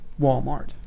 Walmart